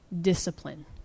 discipline